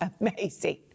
amazing